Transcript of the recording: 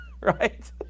Right